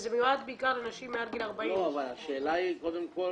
זה מיועד בעיקר לנשים מעל גיל 40. אבל השאלה היא קודם כול,